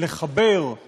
לחבר את